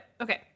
okay